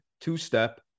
two-step